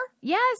Yes